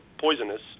Poisonous